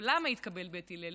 אבל למה התקבל בית הלל?